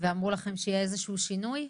אמרו לכם שיהיה איזשהו שינוי?